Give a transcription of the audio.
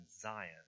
Zion